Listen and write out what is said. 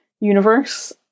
universe